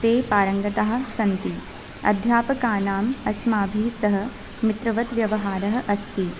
ते पारङ्गताः सन्ति अध्यापकानाम् अस्माभिः सह मित्रवत् व्यवहारः अस्ति